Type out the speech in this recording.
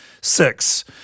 six